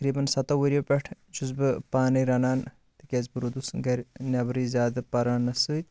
تَقریٖبًا سَتٕو وٕرِیٕو پٮ۪ٹھ چھُس بہٕ پانٕے رَنان تِکیاز بہٕ روٗدُس گَرِ نیبَرٕے زیادٕ پَرانَس سۭتۍ